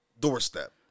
doorstep